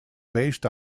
based